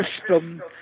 system